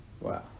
Wow